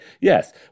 yes